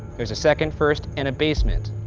there's a second, first and a basement.